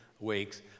weeks